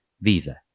Visa